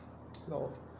LOL